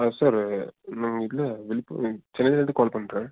ஆ sir நாங்கள் இதில் விழிப்பு சென்னைையிலேந்து கால் பண்ணுறேன்